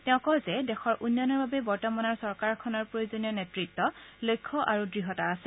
তেওঁ কয় যে দেশৰ উন্নয়নৰ বাবে বৰ্তমানৰ চৰকাৰখনৰ প্ৰয়োজনীয় নেতৃত লক্ষ্য আৰু দৃঢ়তা আছে